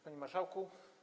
Panie Marszałku!